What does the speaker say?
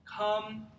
Come